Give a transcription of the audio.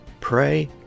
Pray